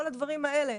כל הדברים האלה.